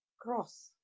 cross